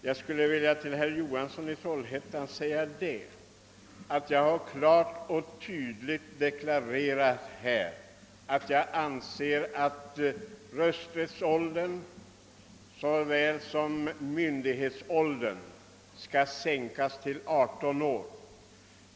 Jag vill till herr Johansson i Trollhättan säga att jag klart och tydligt i denna kammare har deklarerat att jag anser att både rösträttsåldern och myndighetsåldern skall sänkas till 18 år.